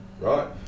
Right